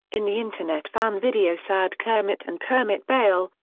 in the internet fan video sad kermit and kermit bale,